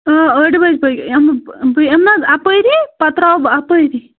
آ ٲٹھِ بَجہِ بٲگۍ یِمہٕ بہٕ بہٕ یِمہٕ حظ اَپٲری پَتہٕ ترٛاوٕ بہٕ اَپٲری